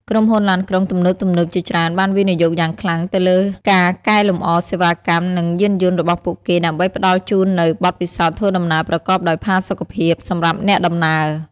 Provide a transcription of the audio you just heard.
ក្រុមហ៊ុនឡានក្រុងទំនើបៗជាច្រើនបានវិនិយោគយ៉ាងខ្លាំងទៅលើការកែលម្អសេវាកម្ម និងយានយន្តរបស់ពួកគេដើម្បីផ្តល់ជូននូវ បទពិសោធន៍ធ្វើដំណើរប្រកបដោយផាសុកភាព សម្រាប់អ្នកដំណើរ។